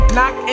Knock